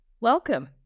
Welcome